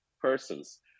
persons